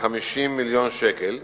כ-50 מיליון שקל,